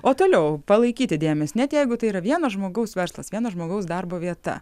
o toliau palaikyti dėmes net jeigu tai yra vieno žmogaus verslas vieno žmogaus darbo vieta